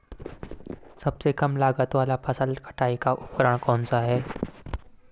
सबसे कम लागत वाला फसल कटाई का उपकरण कौन सा है?